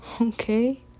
okay